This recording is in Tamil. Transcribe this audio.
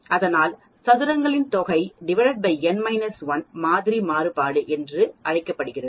அதனால் சதுரங்களின் தொகைn 1 மாதிரி மாறுபாடு என்று அழைக்கப்படுகிறது